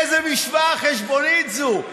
איזו משוואה חשבונית זו?